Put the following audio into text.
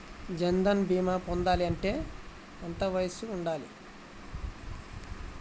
జన్ధన్ భీమా పొందాలి అంటే ఎంత వయసు ఉండాలి?